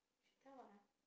she tell what ah